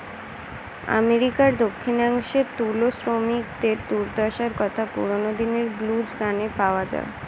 আমেরিকার দক্ষিণাংশে তুলো শ্রমিকদের দুর্দশার কথা পুরোনো দিনের ব্লুজ গানে পাওয়া যায়